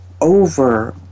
over